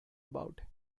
about